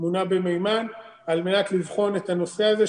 מונע במימן, על מנת לבחון את הנושא הזה.